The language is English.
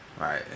Right